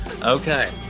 Okay